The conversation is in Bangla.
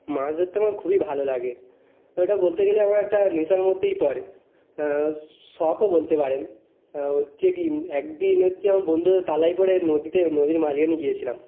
মাছ ধরতে আমার খুবই ভালো লাগে ওটা বলতে গেলে আমার একটা নেশার মধ্যেই পড়ে শখও বলতে পারেন হচ্ছে কী এক দিন হচ্ছে আমার বন্ধুদের পাল্লায় পড়ে নদীতে নদীর মাঝখানে গিয়েছিলাম